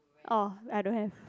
orh I don't have